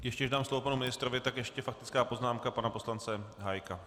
Ještě než dám slovo panu ministrovi, tak ještě faktická poznámka pana poslance Hájka.